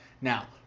now